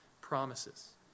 promises